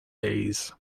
days